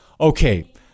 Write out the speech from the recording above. Okay